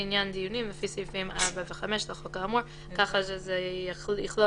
לעניין דיונים לפי סעיפים 4 ו-5 לחוק האמור," כך שזה יכלול